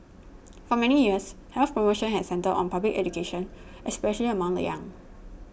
for many years health promotion had centred on public education especially among the young